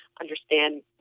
understand